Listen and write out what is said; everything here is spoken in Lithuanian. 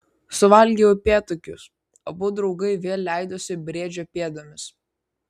suvalgę upėtakius abu draugai vėl leidosi briedžio pėdomis